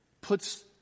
puts